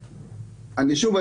שוב,